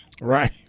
Right